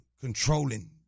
controlling